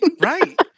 Right